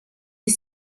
est